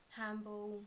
handball